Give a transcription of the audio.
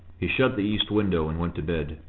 he shut the east window, and went to bed.